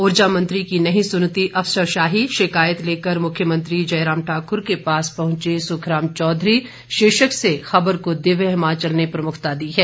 ऊर्जा मंत्री की नहीं सुनती अफसरशाही शिकायत लेकर मुख्यमंत्री जयराम ठाकुर के पास पहुंचे सुखराम चौधरी शीर्षक से खबर को दिव्य हिमाचल ने प्रमुखता दी है